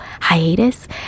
hiatus